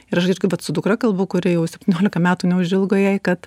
ir aš kai vat su dukra kalba kuriai jau septyniolika metų neužilgo jai kad